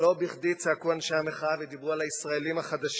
לא בכדי צעקו אנשי המחאה ודיברו על "הישראלים החדשים".